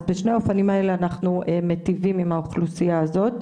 אז בשני האופנים האלה אנחנו מטיבים עם האוכלוסיה הזאת.